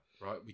right